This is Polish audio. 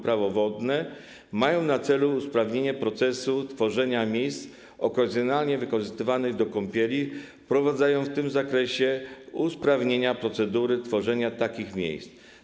Prawo wodne mają na celu usprawnienie procesu tworzenia miejsc okazjonalnie wykorzystywanych do kąpieli, wprowadzając w tym zakresie usprawnienia procedury tworzenia takich miejsc.